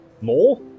More